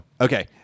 Okay